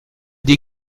dit